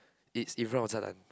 it's in front of